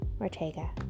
Ortega